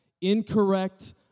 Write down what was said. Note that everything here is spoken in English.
incorrect